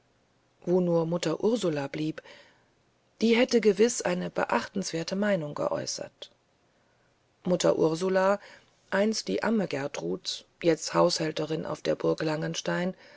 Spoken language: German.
wo nur mutter ursula blieb die hätte gewiß eine beachtenswerte meinung geäußert mutter ursula einst die amme gertruds jetzt haushälterin auf der burg langenstein